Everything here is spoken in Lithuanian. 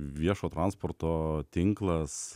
viešo transporto tinklas